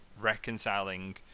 reconciling